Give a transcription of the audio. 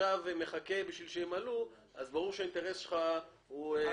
מחכה כדי שימלאו אותה, ברור שהאינטרס שלך בעייתי.